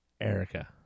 Erica